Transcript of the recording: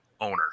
owner